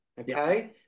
Okay